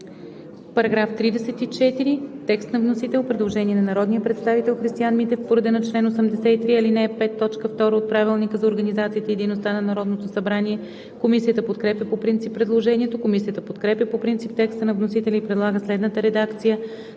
По § 34 има предложение на народния представител Христиан Митев по реда на чл. 83, ал. 5, т. 2 от Правилника за организацията и дейността на Народното събрание. Комисията подкрепя по принцип предложението. Комисията подкрепя по принцип текста на вносителя и предлага следната редакция